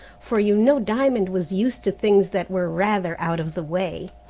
for you know diamond was used to things that were rather out of the way.